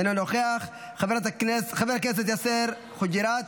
אינו נוכח, חבר הכנסת יאסר חוג'יראת,